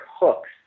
hooks